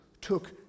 took